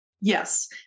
Yes